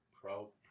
Pro